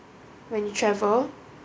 when you travel